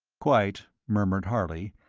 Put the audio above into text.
quite, murmured harley,